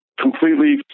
Completely